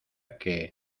que